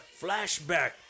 flashback